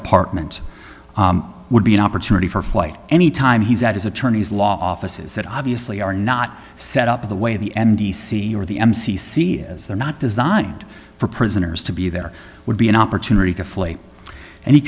apartment would be an opportunity for flight any time he's at his attorney's law offices that obviously are not set up the way the m d c or the m c c as they're not designed for prisoners to be there would be an opportunity to flee and he